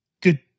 Good